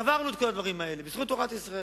עברנו את כל הדברים האלה בזכות תורת ישראל.